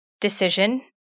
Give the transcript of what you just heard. decision